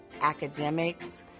academics